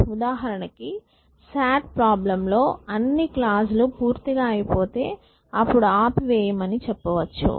ఉదాహరణకి SAT problem లో అన్ని క్లాజ్ లు పూర్తిగా అయిపోతే అప్పుడు అపి వేయమని చెప్పవచ్చు